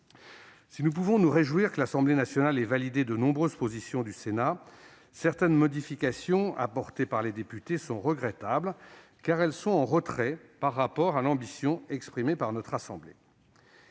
Si nous pouvons nous réjouir que l'Assemblée nationale ait validé de nombreuses positions du Sénat, certaines modifications apportées par les députés sont regrettables, car en retrait par rapport à l'ambition exprimée par notre assemblée.